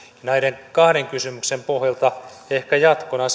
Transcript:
näiden kahden kysymyksen pohjalta ehkä jatkona